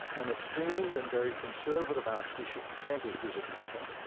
an esteemed and very conservative archbishop sent as visitator,